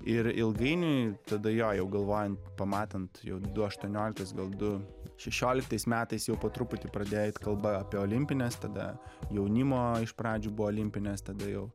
ir ilgainiui tada jo jau galvojant pamatant jau du aštuonioliktas gal du šešioliktais metais jau po truputį pradėjo eit kalba apie olimpines tada jaunimo iš pradžių buvo olimpinės tada jau